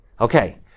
Okay